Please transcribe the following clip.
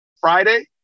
Friday